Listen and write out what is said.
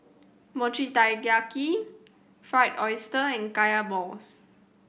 Mochi Taiyaki Fried Oyster and Kaya balls